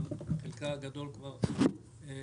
אבל חלקה הגדול כבר מבוצע.